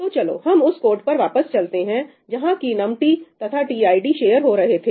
तो चलो हम उस कोड पर वापस चलते हैं जहां की नम टी तथा टीआईडी शेयर हो रहे थे